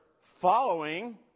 following